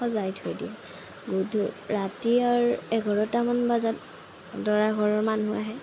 সজাই থৈ দিয়ে গধু ৰাতি আৰু এঘাৰটা মান বজাত দৰাঘৰৰ মানুহ আহে